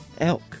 elk